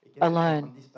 alone